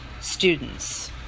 students